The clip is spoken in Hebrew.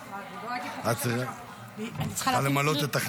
את צריכה למלא את החסר.